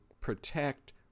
protect